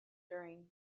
during